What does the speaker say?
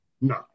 No